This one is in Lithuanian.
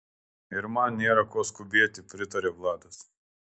ir man nėra ko skubėti pritaria vladas